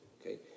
okay